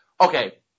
okay